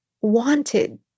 wanted